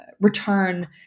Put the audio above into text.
return